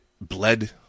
bled